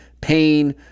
pain